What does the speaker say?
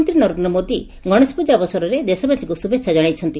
ପ୍ରଧାନମନ୍ତୀ ନରେନ୍ଦ ମୋଦି ଗଶେଶପ୍ରଜା ଅବସରରେ ଦେଶବାସୀଙ୍କୁ ଶୁଭେଛା ଜଣାଇଛନ୍ତି